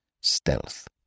Stealth